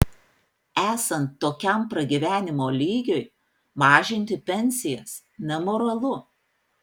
esant tokiam pragyvenimo lygiui mažinti pensijas nemoralu